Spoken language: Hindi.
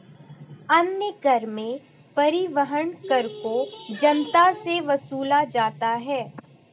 अन्य कर में परिवहन कर को जनता से वसूला जाता है